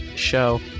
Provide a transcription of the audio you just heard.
show